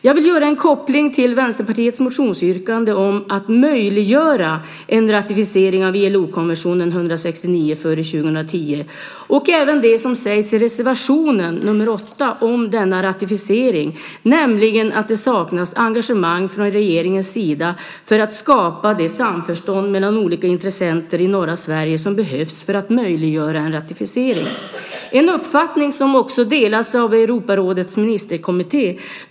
Jag vill göra en koppling till Vänsterpartiets motionsyrkande om att möjliggöra en ratificering av ILO-konventionen 169 före 2010 och även till det som sägs i reservation nr 8 om denna ratificering, nämligen att det saknas engagemang från regeringens sida för att skapa det samförstånd mellan olika intressenter i norra Sverige som behövs för att möjliggöra en ratificering. Denna uppfattning delas också av Europarådets ministerkommitté.